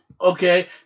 okay